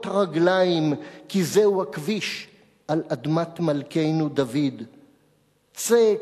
הרגליים כי זהו הכביש על אדמת מלכנו דוד!/ צא,